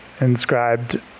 inscribed